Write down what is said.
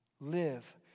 live